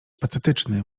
patetyczny